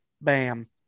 bam